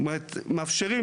מאפשרים